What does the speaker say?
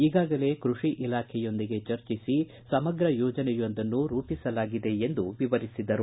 ಈಗಾಗಲೇ ಕೃಷಿ ಇಲಾಖೆಯೊಂದಿಗೆ ಚರ್ಚಿಸಿ ಸಮಗ್ರ ಯೋಜನೆಯೊಂದನ್ನು ರೂಪಿಸಲಾಗಿದೆ ಎಂದು ವಿವರಿಸಿದರು